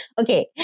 Okay